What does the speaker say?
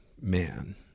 man